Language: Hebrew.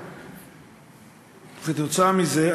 וכתוצאה מזה,